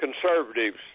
conservatives